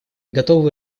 готовы